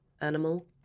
animal